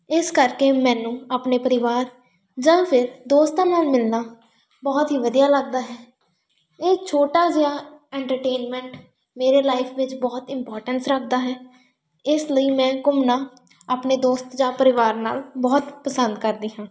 ਇਸ ਕਰਕੇ ਮੈਨੂੰ ਆਪਣੇ ਪਰਿਵਾਰ ਜਾਂ ਫਿਰ ਦੋਸਤਾਂ ਨਾਲ ਮਿਲਣਾ ਬਹੁਤ ਹੀ ਵਧੀਆ ਲੱਗਦਾ ਹੈ ਇਹ ਛੋਟਾ ਜਿਹਾ ਐਂਟਰਟੇਨਮੈਂਟ ਮੇਰੇ ਲਾਈਫ਼ ਵਿੱਚ ਬਹੁਤ ਇਮਪੋਰਟੈਂਸ ਰੱਖਦਾ ਹੈ ਇਸ ਲਈ ਮੈਂ ਘੁੰਮਣਾ ਆਪਣੇ ਦੋਸਤ ਜਾਂ ਪਰਿਵਾਰ ਨਾਲ ਬਹੁਤ ਪਸੰਦ ਕਰਦੀ ਹਾਂ